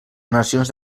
nacions